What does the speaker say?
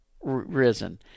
Risen